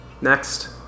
Next